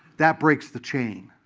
that breaks the chain.